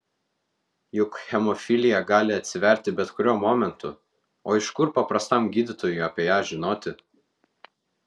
juk hemofilija gali atsiverti bet kuriuo momentu o iš kur paprastam gydytojui apie ją žinoti